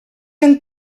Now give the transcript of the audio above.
amb